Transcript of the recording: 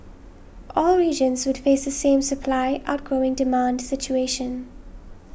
all regions would face the same supply outgrowing demand situation